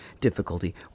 difficulty